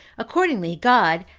accordingly, god,